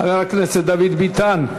חבר הכנסת דוד ביטן,